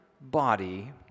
body